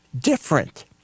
different